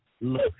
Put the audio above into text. look